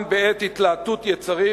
גם בעת התלהטות יצרים,